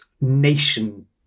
nation